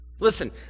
Listen